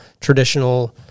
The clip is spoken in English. traditional